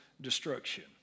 destruction